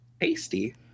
tasty